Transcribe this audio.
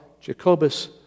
Jacobus